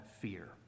fear